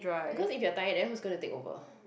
cause if you are tired then who is going to take over